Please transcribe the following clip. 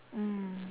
mm